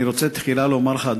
אני רוצה תחילה לומר לך,